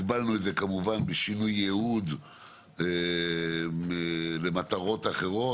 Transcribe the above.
הגבלנו את זה כמובן בשינוי ייעוד למטרות אחרות,